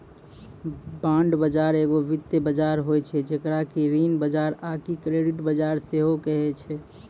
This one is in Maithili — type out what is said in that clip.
बांड बजार एगो वित्तीय बजार होय छै जेकरा कि ऋण बजार आकि क्रेडिट बजार सेहो कहै छै